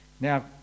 now